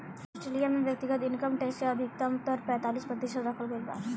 Australia में व्यक्तिगत income tax के अधिकतम दर पैतालीस प्रतिशत रखल गईल बा